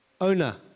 owner